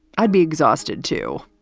i'd be exhausted, too.